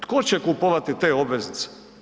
Tko će kupovati te obveznice?